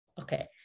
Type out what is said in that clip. okay